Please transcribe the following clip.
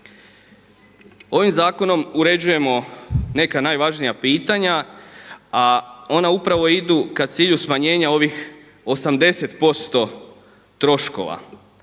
Ovim zakonom uređujemo neka najvažnija pitanja, a ona upravo idu k cilju smanjenja ovih 80% troškova.